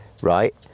Right